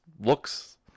looks